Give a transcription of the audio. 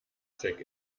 check